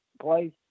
place